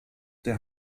der